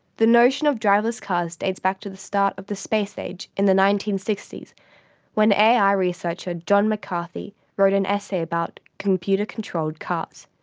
the notion of driverless cars dates back to the start of the space age in the nineteen sixty s when ai researcher john mccarthy wrote an essay about computer-controlled cars.